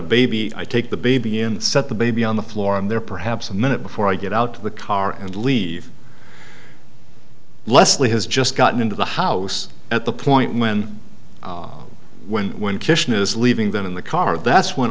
a baby i take the baby and set the baby on the floor and there perhaps a minute before i get out of the car and leave leslie has just gotten into the house at the point when when when kishan is leaving them in the car that's